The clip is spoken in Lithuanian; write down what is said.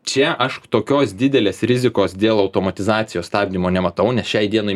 čia aš tokios didelės rizikos dėl automatizacijos stabdymo nematau nes šiai dienai